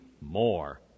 more